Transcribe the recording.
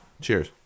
Cheers